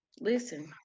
listen